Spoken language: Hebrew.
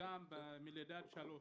וגם בגילאי לידה עד שלוש.